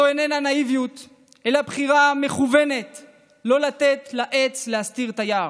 זו איננה נאיביות אלא בחירה מכוונת לא לתת לעץ להסתיר את היער.